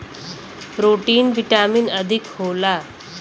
protein vitamin अधिक होला